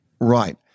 Right